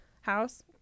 House